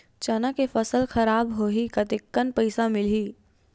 चना के फसल खराब होही कतेकन पईसा मिलही?